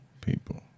people